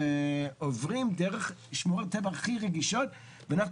עוברים דרך שמורות הטבע הכי רגישות ואנחנו